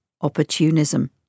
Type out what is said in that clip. opportunism